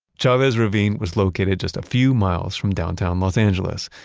chavez ravine was located just a few miles from downtown los angeles,